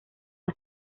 las